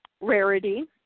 Rarity